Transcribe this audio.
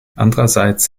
andererseits